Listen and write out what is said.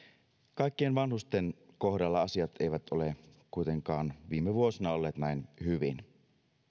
kaikkien vanhusten kohdalla asiat eivät ole kuitenkaan viime vuosina olleet näin hyvin